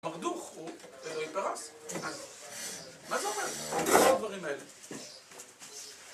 מרדוך הוא, בפרס, אז מה זה אומר? זה לא הדברים האלה.